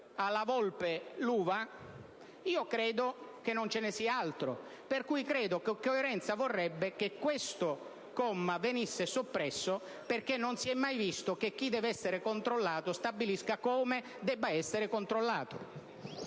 alla volpe l'uva, credo che non ve ne sia altro. Coerenza vorrebbe che questo comma venisse soppresso, perché non si è mai visto che chi deve essere controllato stabilisca come debba essere controllato.